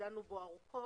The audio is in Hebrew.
דנו בו ארוכות.